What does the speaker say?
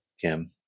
Kim